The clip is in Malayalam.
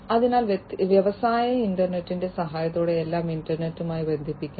അതിനാൽ വ്യാവസായിക ഇന്റർനെറ്റിന്റെ സഹായത്തോടെ എല്ലാം ഇന്റർനെറ്റുമായി ബന്ധിപ്പിക്കും